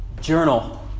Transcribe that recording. journal